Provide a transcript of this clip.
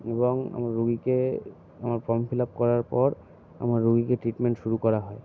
এবং আমার রুগীকে আমার ফর্ম ফিল আপ করার পর আমার রুগীকে ট্রিটমেন্ট শুরু করা হয়